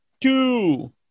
two